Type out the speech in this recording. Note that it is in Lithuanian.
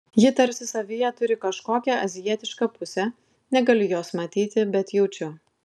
ji tarsi savyje turi kažkokią azijietišką pusę negaliu jos matyti bet jaučiu